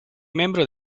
membro